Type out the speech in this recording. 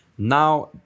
Now